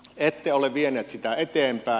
ette ole vienyt sitä eteenpäin